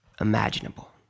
imaginable